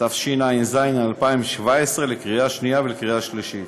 התשע"ז 2017, לקריאה שנייה ולקריאה שלישית.